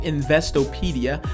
Investopedia